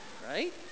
Right